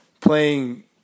playing